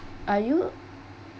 are you